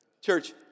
Church